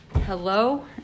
hello